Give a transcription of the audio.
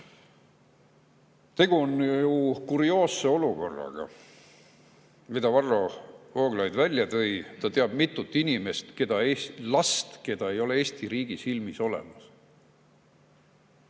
on ju kurioosse olukorraga, mille Varro Vooglaid välja tõi. Ta teab mitut inimest, last, keda ei ole Eesti riigi silmis olemas.